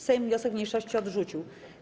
Sejm wniosek mniejszości odrzucił.